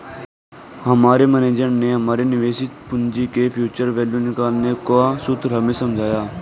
हमारे मेनेजर ने हमारे निवेशित पूंजी की फ्यूचर वैल्यू निकालने का सूत्र हमें समझाया